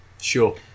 Sure